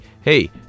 hey